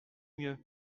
mieux